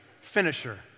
Finisher